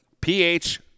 PH